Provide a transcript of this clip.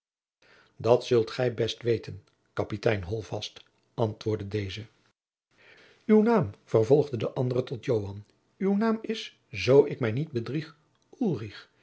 dat zult gij best weten kapitein holtvast antwoordde deze jacob van lennep de pleegzoon uw naam vervolgde de andere tot joan uw naam is zoo ik mij niet bedrieg